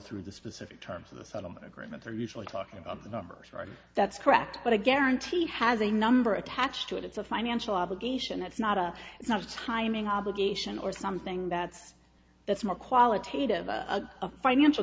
through the specific terms of the settlement agreement they're usually talking about the numbers for that's correct but a guarantee has a number attached to it it's a financial obligation it's not a it's not a timing obligation or something that's that's more qualitative a financial